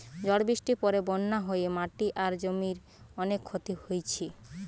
ঝড় বৃষ্টির পরে বন্যা হয়ে মাটি আর জমির অনেক ক্ষতি হইছে